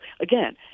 again